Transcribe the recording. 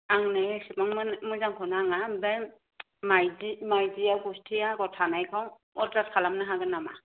आंनो इसिबां मोन मोजांखौ नाङा ओमफाइ माइदि माइदिया गुस्टि आगर थानायखौ अरदार खालामनो हागोन नामा